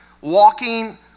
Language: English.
walking